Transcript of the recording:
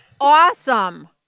Awesome